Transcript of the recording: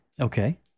Okay